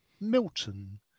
Milton